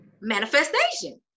manifestation